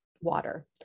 water